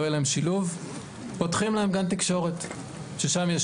לא יהיה שילוב פותחים להם גן תקשורת ששם יש